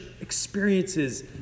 experiences